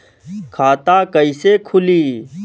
खाता कइसे खुली?